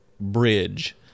bridge